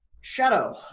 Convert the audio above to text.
Shadow